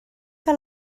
que